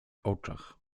oczach